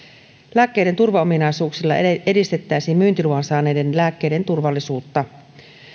lääkkeiden turvaominaisuuksilla edistettäisiin myyntiluvan saaneiden lääkkeiden turvallisuutta